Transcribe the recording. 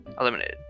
eliminated